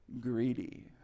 greedy